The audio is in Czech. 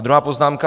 Druhá poznámka.